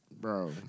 Bro